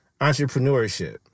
entrepreneurship